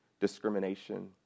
discrimination